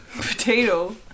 Potato